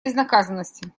безнаказанности